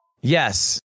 Yes